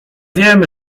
wiem